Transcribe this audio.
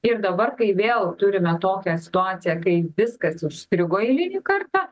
ir dabar kai vėl turime tokią situaciją kai viskas užstrigo eilinį kartą